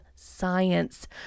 science